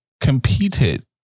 competed